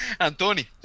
Antoni